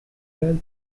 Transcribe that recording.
health